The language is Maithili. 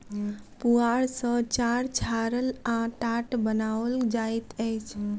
पुआर सॅ चार छाड़ल आ टाट बनाओल जाइत अछि